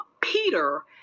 peter